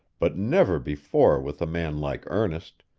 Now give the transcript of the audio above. but never before with a man like ernest,